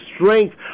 strength